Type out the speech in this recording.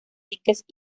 diques